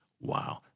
Wow